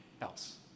else